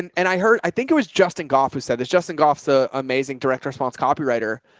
and i heard, i think it was justin golf who said, there's justin, golf's a amazing direct response copywriter,